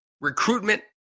recruitment